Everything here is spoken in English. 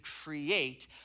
create